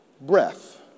breath